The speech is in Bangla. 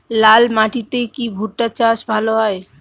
লাল মাটিতে কি ভুট্টা চাষ ভালো হয়?